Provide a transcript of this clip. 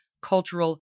cultural